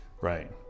Right